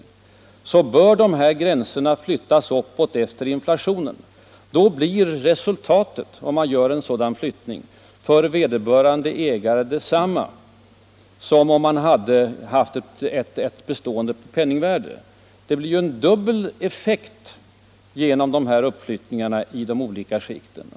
Därför bör dessa gränser flyttas uppåt i takt med inflationen. Det blir ju en dubbel effekt genom uppflyttningarna i de olika skikten.